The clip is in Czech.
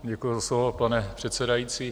Děkuji za slovo, pane předsedající.